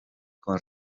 con